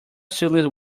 seriously